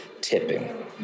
Tipping